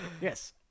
Yes